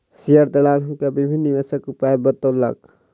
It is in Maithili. शेयर दलाल हुनका विभिन्न निवेशक उपाय बतौलक